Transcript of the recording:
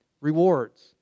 rewards